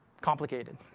complicated